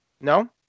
No